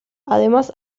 además